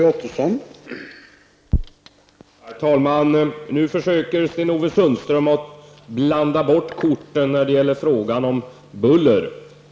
Herr talman! Nu försöker Sten-Ove Sundström blanda bort korten när det gäller frågan om buller.